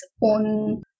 on